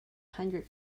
hundred